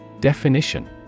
Definition